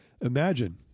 Imagine